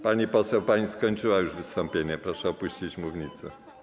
Pani poseł, pani skończyła już wystąpienie, proszę opuścić mównicę.